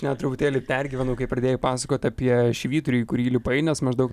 net truputėlį pergyvenau kai pradėjai pasakot apie švyturį į kurį įlipai nes maždaug